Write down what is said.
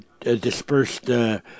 dispersed